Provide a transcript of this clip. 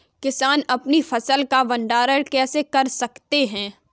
किसान अपनी फसल का भंडारण कैसे कर सकते हैं?